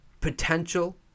potential